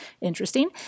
interesting